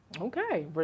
Okay